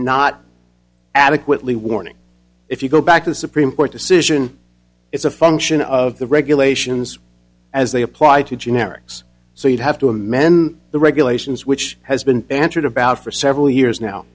not adequately warning if you go back to the supreme court decision it's a function of the regulations as they apply to generics so you'd have to amend the regulations which has been bantered about for several years now